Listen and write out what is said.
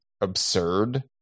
absurd